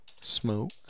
smoke